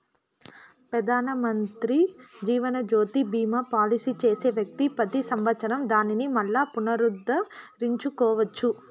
పెదానమంత్రి జీవనజ్యోతి బీమా పాలసీ చేసే వ్యక్తి పెతి సంవత్సరం దానిని మల్లా పునరుద్దరించుకోవచ్చు